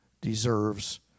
deserves